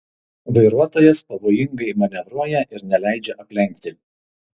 vairuotojas pavojingai manevruoja ir neleidžia aplenkti